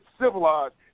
civilized